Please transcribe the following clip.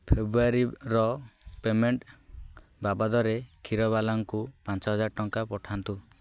ଫେବୃଆରୀର payment ବାବଦରେ କ୍ଷୀରବାଲାଙ୍କୁ ପାଞ୍ଚ ହଜାର ଟଙ୍କା ପଠାନ୍ତୁ